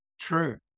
True